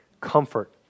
comfort